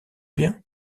bien